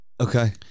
Okay